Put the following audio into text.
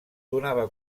donava